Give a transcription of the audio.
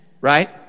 Right